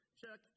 check